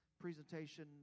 presentation